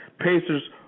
Pacers